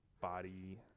body